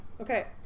Okay